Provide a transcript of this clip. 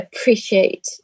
appreciate